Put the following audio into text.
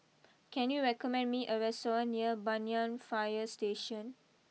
can you recommend me a restaurant near Banyan fire Station